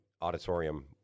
auditorium